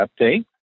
update